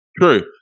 True